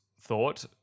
thought